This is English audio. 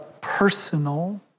personal